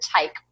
take